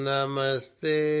Namaste